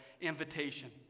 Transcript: invitation